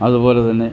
അതുപോലെതന്നെ